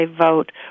Vote